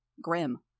grim